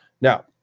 now